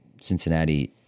Cincinnati